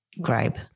gripe